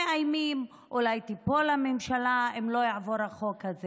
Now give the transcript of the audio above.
הם מאיימים שאולי תיפול הממשלה אם לא יעבור החוק הזה